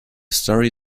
story